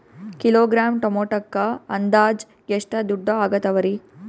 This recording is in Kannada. ಕಿಲೋಗ್ರಾಂ ಟೊಮೆಟೊಕ್ಕ ಅಂದಾಜ್ ಎಷ್ಟ ದುಡ್ಡ ಅಗತವರಿ?